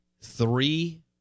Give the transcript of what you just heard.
three